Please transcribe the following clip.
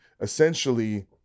essentially